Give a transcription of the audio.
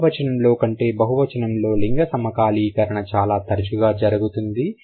ఏకవచనము లో కంటే బహువచనంలో లింగ సమకాలీకరణ చాలా తరచుగా జరుగుతుంది